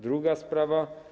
Druga sprawa.